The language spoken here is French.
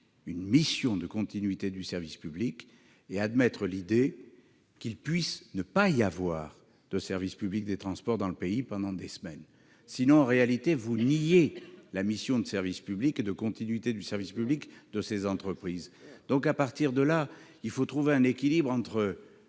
une mission de continuité du service public, et admettre l'idée qu'il puisse ne pas y avoir de service public des transports dans le pays pendant des semaines. Cela revient à nier la mission de service public et de continuité du service public de ces entreprises. C'est vrai ! Il faut donc trouver un équilibre entre